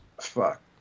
fuck